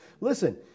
Listen